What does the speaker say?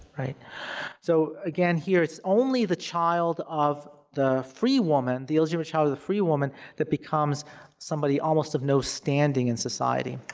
so, again here, it's only the child of the free woman, the illegitimate child of a free woman that becomes somebody almost of no standing in society.